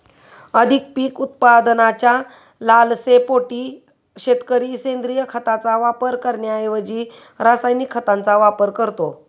अधिक पीक उत्पादनाच्या लालसेपोटी शेतकरी सेंद्रिय खताचा वापर करण्याऐवजी रासायनिक खतांचा वापर करतो